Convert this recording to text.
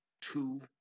two